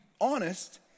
honest